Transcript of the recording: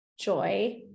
Joy